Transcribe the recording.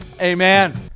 amen